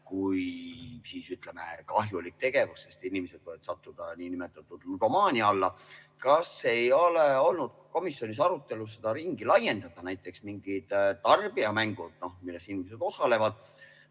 See on, ütleme, kahjulik tegevus, sest inimesed võivad sattuda niinimetatud ludomaania [küüsi]. Kas ei ole olnud komisjonis arutelu, et seda ringi laiendada? Näiteks mingid tarbijamängud, milles inimesed osalevad,